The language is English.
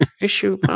issue